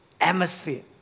atmosphere